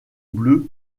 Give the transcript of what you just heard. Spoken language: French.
bleu